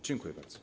Dziękuję bardzo.